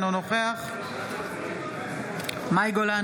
אינו נוכח מאי גולן,